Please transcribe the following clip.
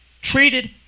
treated